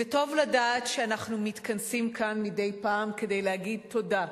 טוב לדעת שאנחנו מתכנסים כאן מדי פעם כדי להגיד תודה.